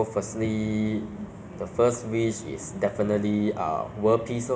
身体健康 loh 就是每一个人 ah 不只我 lah 身体健康 lah you know